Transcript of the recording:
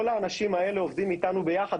כל האנשים האלה עובדים איתנו ביחד.